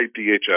DHS